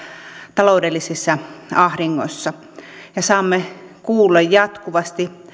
taloudellisessa ahdingossa ja saamme kuulla jatkuvasti